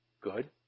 Good